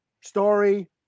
story